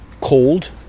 cold